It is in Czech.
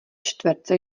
čtverce